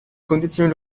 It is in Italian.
condizioni